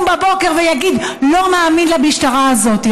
בבוקר ויגיד: לא מאמין למשטרה הזאת.